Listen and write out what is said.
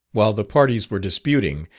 while the parties were disputing,